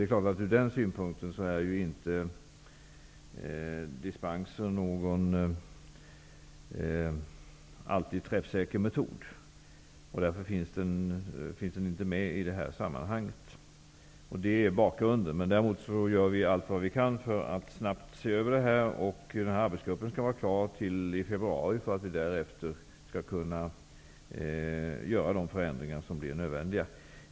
Från den synpunkten är inte dispenser någon träffsäker metod. Därför finns inte dispenser med i detta sammanhang. Däremot gör vi allt vad vi kan för att snabbt se över den här frågan. Arbetsgruppen skall vara klar i februari för att vi därefter skall kunna genomföra de förändringar som är nödvändiga.